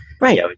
right